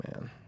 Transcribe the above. man